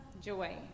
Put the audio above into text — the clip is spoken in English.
joy